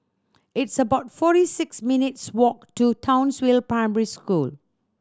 it's about forty six minutes' walk to Townsville Primary School